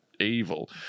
evil